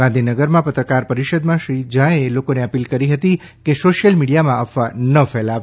ગાંધીનગરમાં પરીષદમાં શ્રી ઝા એ લોકોને અપીલ કરી હતી કે સોશિયલ મીડીયામાં અફવા ન ફેલાવે